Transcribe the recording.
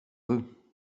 veut